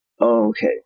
Okay